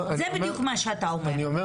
זה בדיוק מה שאתה אומר,